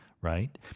right